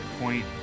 point